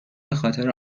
بخاطر